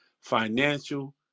financial